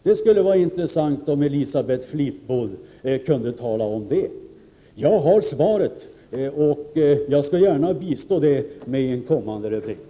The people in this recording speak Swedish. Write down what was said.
Det vore intressant om Elisabeth Fleetwood berättade det. Jag har svaret, och jag skall gärna bidra med detta i en kommande replik.